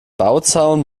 bauzaun